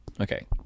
Okay